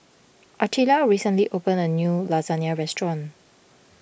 Artelia recently opened a new Lasagna restaurant